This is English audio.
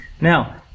Now